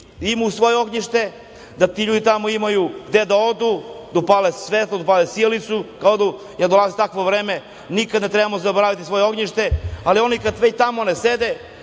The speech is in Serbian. imaju svoje ognjište, da ti ljudi tamo imaju gde da odu, da upale svetlo, da upale sijalicu kada odu, jer dolazi takvo vreme, nikada ne trebamo zaboraviti svoje ognjište, ali oni kada već tamo ne sede,